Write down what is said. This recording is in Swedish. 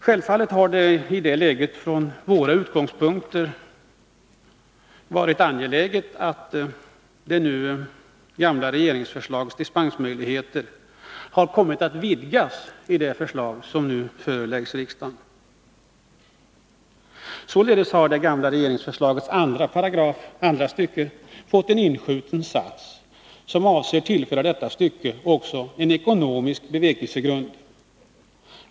Självfallet har det i det läget från våra utgångspunkter varit angeläget att det gamla regeringsförslagets dispensmöjligheter har vidgats i det förslag som nu föreläggs riksdagen. Således har det gamla regeringsför slagets 2 § andra stycket fått en inskjuten sats, som avser att tillföra detta Nr 118 stycke också en ekonomisk bevekelsegrund.